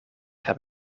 heb